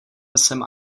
jsem